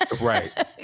Right